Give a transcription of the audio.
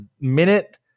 minute